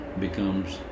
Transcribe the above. becomes